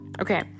okay